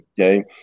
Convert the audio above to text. Okay